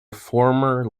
former